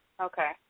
Okay